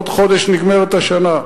בעוד חודש נגמרת השנה,